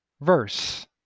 verse